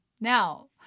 Now